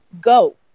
go